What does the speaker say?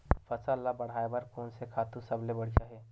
फसल ला बढ़ाए बर कोन से खातु सबले बढ़िया हे?